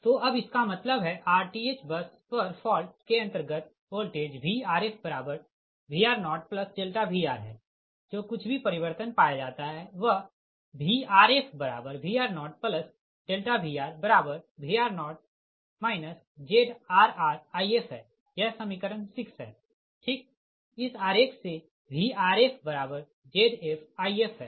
तो अब इसका मतलब है rth बस पर फॉल्ट के अंतर्गत वोल्टेज VrfVr0Vr है जो कुछ भी परिवर्तन पाया जाता है वह VrfVr0VrVr0 ZrrIf है यह समीकरण 6 है ठीक इस आरेख से VrfZfIf है